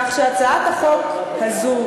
כך שהצעת החוק הזאת,